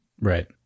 Right